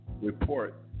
report